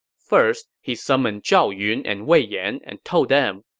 first, he summoned zhao yun and wei yan and told them,